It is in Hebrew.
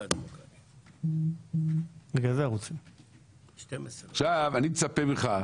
אני מצפה ממך,